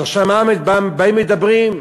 אז עכשיו באים ומדברים,